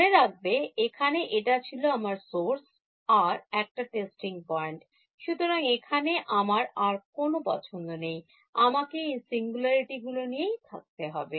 মনে রাখবে এখানে এটা ছিল আমার source আর এটা testing Point সুতরাং এখানে আমার আর কোন পছন্দ নেই আমাকে এই সিঙ্গুলারিটি গুলো নিয়েই থাকতে হবে